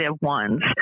ones